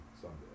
someday